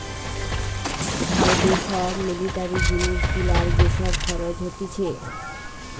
ভারতে সব মিলিটারি জিনিস গুলার যে সব খরচ হতিছে